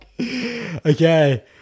Okay